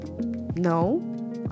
No